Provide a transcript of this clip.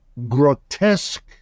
grotesque